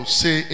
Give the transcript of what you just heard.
say